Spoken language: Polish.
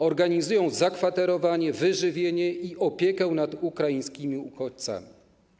Organizują zakwaterowanie, wyżywienie i opiekę nad ukraińskimi uchodźcami.